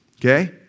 okay